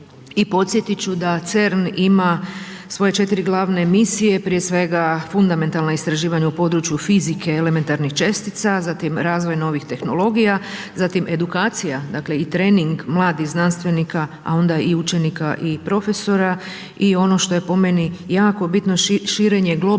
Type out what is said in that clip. I podsjetiti ću da CERN ima svoje četiri glavne misije prije svega fundamentalna istraživanja u području fizike i elementarnih čestica, zatim razvoj novih tehnologija, zatim edukacija dakle i trening mladih znanstvenika a onda i učenika i profesora. I ono što je po meni jako bitno širenje globalne